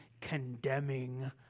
condemning